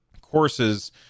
courses